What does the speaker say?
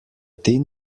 tin